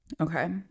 okay